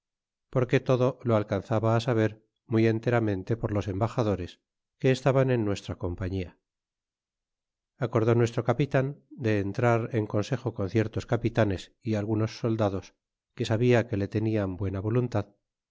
porque todo lo alcanzaba á saber muy enteramente por dos embaxadores que estaban en nuestra compañía acordó nuestro capitan de entrar en consejo con ciertos capitanes é algunos soldados que sabia que le tenian bueria voluntad